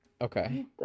Okay